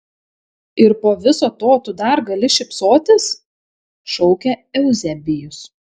ir po viso to tu dar gali šypsotis šaukė euzebijus